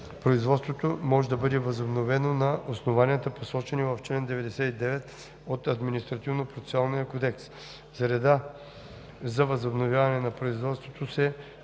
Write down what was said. производството може да бъде възобновено на основанията, посочени в чл. 99 от Административнопроцесуалния кодекс. За реда за възобновяване на производството се